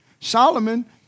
Solomon